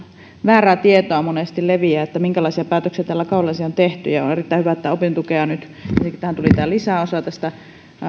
väärää tietoa monesti leviää siitä minkälaisia päätöksiä tällä kaudella siitä on tehty on erittäin hyvä että opintotukeen nyt tuli tämä lisäosa